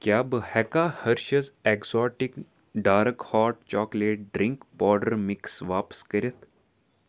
کیٛاہ بہٕ ہٮ۪کا Hershey's exotic dark hot chocolate drink powder mix واپس کٔرِتھ